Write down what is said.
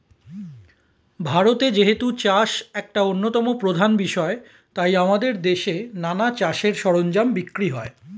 ভারতে যেহেতু চাষ একটা অন্যতম প্রধান বিষয় তাই আমাদের দেশে নানা চাষের সরঞ্জাম বিক্রি হয়